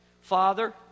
Father